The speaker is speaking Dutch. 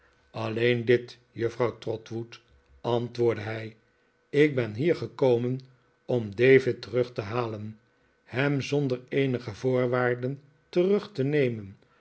alleen dit juffrouw trotwood antwoordde hij ik ben hier gekomen om david terug te halen hem zonder eenige voorwaarden terug te nemen